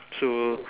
so